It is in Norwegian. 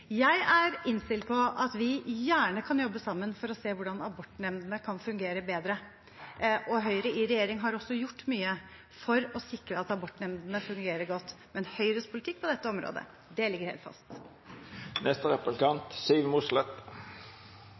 Jeg er innstilt på at vi gjerne kan jobbe sammen for å se hvordan abortnemndene kan fungere bedre. Høyre i regjering har også gjort mye for å sikre at abortnemndene fungerer godt. Men Høyres politikk på dette området ligger helt